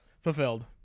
Fulfilled